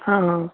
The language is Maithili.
हँ हँ